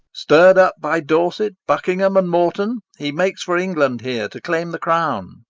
stirr'd up by dorset, buckingham, and morton, he makes for england here, to claim the crown.